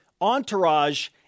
entourage